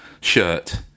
shirt